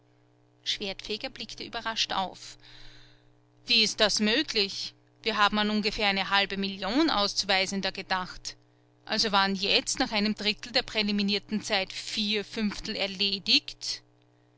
schwertfeger blickte überrascht auf wie ist das möglich wir haben an ungefähr eine halbe million auszuweisender gedacht also waren jetzt nach einem drittel der präliminierten zeit vier fünftel erledigt